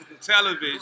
television